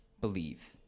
believe